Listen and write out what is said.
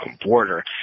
border